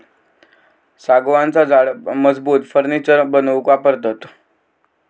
सागवानाचा झाड मजबूत फर्नीचर बनवूक वापरतत